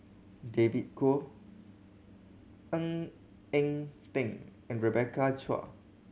David Kwo Ng Eng Teng and Rebecca Chua